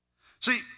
See